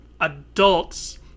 adults